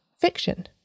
fiction